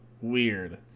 weird